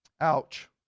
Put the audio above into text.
Ouch